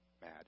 mad